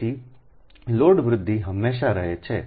તેથી લોડ વૃદ્ધિ હંમેશાં રહે છે